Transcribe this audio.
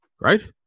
right